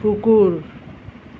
কুকুৰ